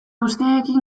usteekin